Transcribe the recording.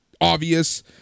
obvious